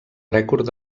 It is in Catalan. rècord